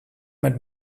met